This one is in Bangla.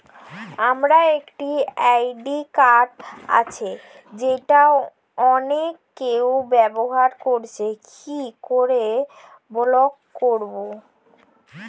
আমার একটি ক্রেডিট কার্ড আছে যেটা অন্য কেউ ব্যবহার করছে কি করে ব্লক করবো?